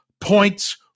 points